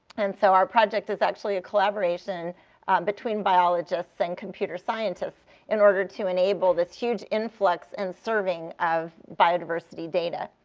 and so our project is actually a collaboration between biologists and computer scientists in order to enable this huge influx and serving of biodiversity data.